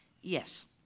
Yes